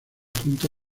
junta